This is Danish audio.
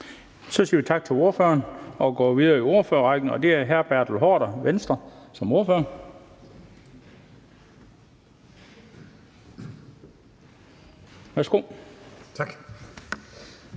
Så siger vi tak til ordføreren og går videre i ordførerrækken til hr. Bertel Haarder som ordfører for Venstre.